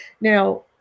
Now